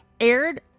Aired